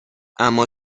اما